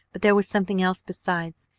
but there was something else besides,